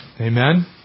Amen